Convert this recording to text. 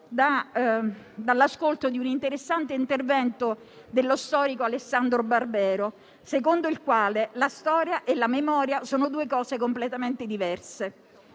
dall'ascolto di un interessante intervento dello storico Alessandro Barbero, secondo il quale la storia e la memoria sono due cose completamente diverse,